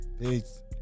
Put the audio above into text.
Peace